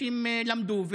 אנשים למדו.